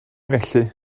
felly